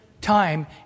time